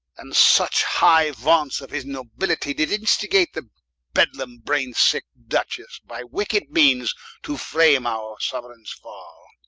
and such high vaunts of his nobilitie, did instigate the bedlam braine-sick duchesse, by wicked meanes to frame our soueraignes fall.